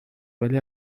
ولی